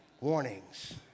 Warnings